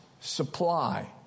supply